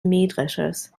mähdreschers